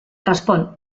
respon